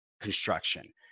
construction